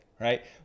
right